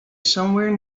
somewhere